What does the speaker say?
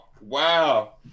wow